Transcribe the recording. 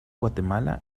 guatemala